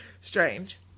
strange